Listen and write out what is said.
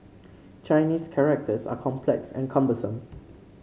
Chinese characters are complex and cumbersome